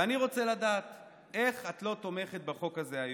ואני רוצה לדעת איך את לא תומכת בחוק הזה היום,